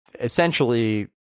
essentially